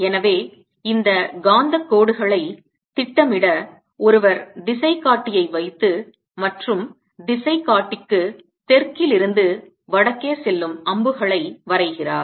எனவே இந்த காந்தக் கோடுகளை திட்டமிட ஒருவர் திசைகாட்டியை வைத்து மற்றும் திசைகாட்டிக்கு தெற்கிலிருந்து வடக்கே செல்லும் அம்புகளை வரைகிறார்